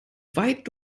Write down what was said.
weit